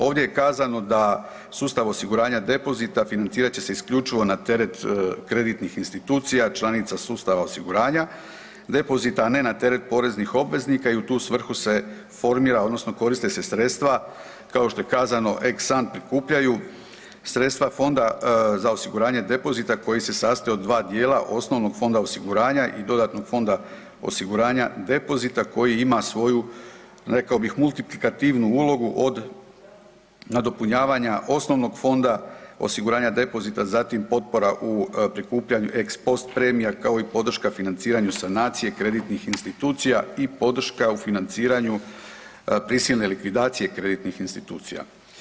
Ovdje je kazano da sustav osiguranja depozita financirat će se isključivo na teret kreditnih institucija članica sustava osiguranja depozita, a ne teret poreznih obveznika i u tu svrhu se formira odnosno koriste se sredstva kao što je kazno ex sante prikupljaju sredstva Fonda za osiguranje depozita koji se sastoji od dva dijela osnovnog fonda osiguranja i dodatnog fonda osiguranja depozita koji ima svoju multiplikativnu ulogu od nadopunjavanja osnovnog Fonda osiguranja depozita, zatim potpora u prikupljanju ex post premija kao i podrška financiranju sanacije kreditnih institucija i podrška u financiranju prisilne likvidacije kreditnih institucija.